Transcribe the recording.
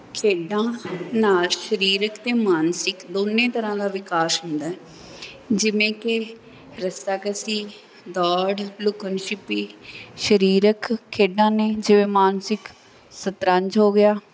ਖੇਡਾਂ ਨਾਲ ਸਰੀਰਕ ਅਤੇ ਮਾਨਸਿਕ ਦੋਨੋਂ ਤਰ੍ਹਾਂ ਦਾ ਵਿਕਾਸ ਹੁੰਦਾ ਹੈ ਜਿਵੇਂ ਕਿ ਰੱਸਾਕਸ਼ੀ ਦੌੜ ਲੁੱਕਣ ਛਿਪੀ ਸਰੀਰਕ ਖੇਡਾਂ ਨੇ ਜਿਵੇਂ ਮਾਨਸਿਕ ਸ਼ਤਰੰਜ ਹੋ ਗਿਆ